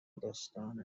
داستانه